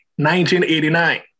1989